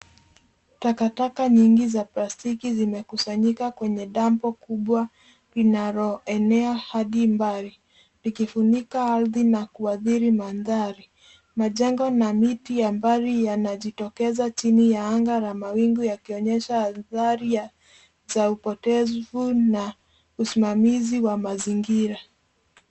Takataka nyingi za plastiki zimekusanyika kwenye dampu kubwa linaloenea hadi mbali, likifunika ardhi na kuathiri mandhari. Majengo na miti ya mbali yanajitokeza chini ya anga la mawingu yakionyesha athari za upotevu na usimamizi wa mazingira.